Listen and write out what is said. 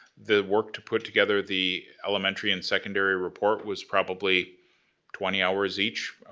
the work to put together the elementary and secondary report was probably twenty hours each, ah